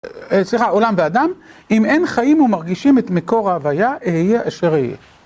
סליחה, עולם ואדם, אם אין חיים ומרגישים את מיקור ההוויה, אהיה אשר אהיה.